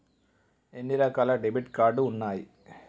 ఎన్ని రకాల debit card ఉన్నాయి?